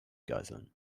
geiseln